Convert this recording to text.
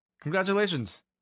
Congratulations